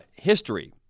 history